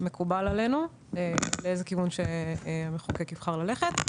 מקובל עלינו לאיזה כיוון שהמחוקק יבחר ללכת.